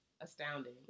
astounding